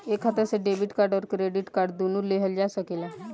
एक खाता से डेबिट कार्ड और क्रेडिट कार्ड दुनु लेहल जा सकेला?